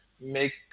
make